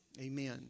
Amen